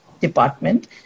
department